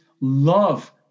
love